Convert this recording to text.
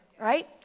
Right